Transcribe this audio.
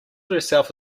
herself